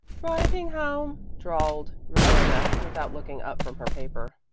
writing home, drawled roberta, without looking up from her paper.